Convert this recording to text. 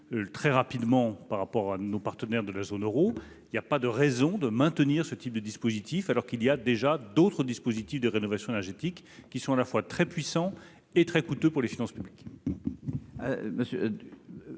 très rapidement par rapport à nos partenaires de la zone Euro, il y a pas de raison de maintenir ce type de dispositif alors qu'il y a déjà d'autres dispositifs de rénovation énergétique qui sont à la fois très puissant et très coûteux pour les finances publiques.